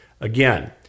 again